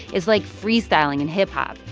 it's like free-styling in hip-hop,